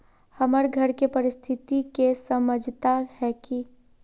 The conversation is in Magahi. हमर घर के परिस्थिति के समझता है की?